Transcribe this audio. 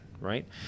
Right